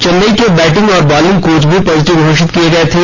चेन्नई के बैटिंग और bowling coach भी पॉजिटिव घोषित किए गए थे